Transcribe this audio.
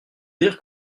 dire